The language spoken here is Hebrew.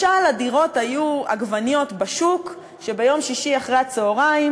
משל הדירות היו עגבניות בשוק שביום שישי אחרי הצהריים,